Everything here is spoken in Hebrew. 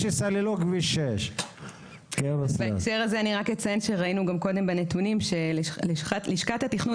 6. בהקשר זה אני רק אציין שראינו גם קודם בנתונים שלשכת התכנון